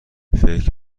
فکر